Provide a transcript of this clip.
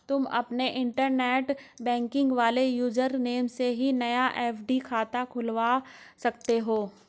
तुम अपने internet banking वाले यूज़र नेम से ही नया एफ.डी खाता खुलवा सकते हो